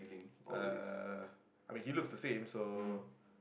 uh I mean he looks the same so